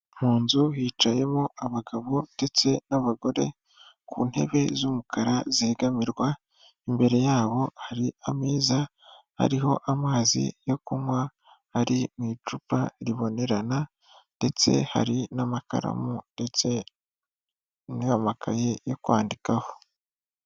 Mu nzu hicayemo abagabo ndetse n'abagore ku ntebe z'umukara zegamirwa, imbere yabo hari ameza ariho amazi yo kunywa ari mu icupa ribonerana ndetse hari n'amakaramu ndetse n'amakaye yo kwandikaho.